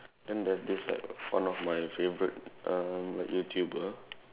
then there's this like one of my favorite um like YouTuber